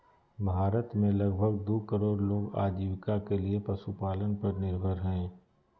भारत में लगभग दू करोड़ लोग आजीविका के लिये पशुपालन पर निर्भर हइ